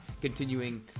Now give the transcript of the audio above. continuing